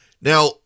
Now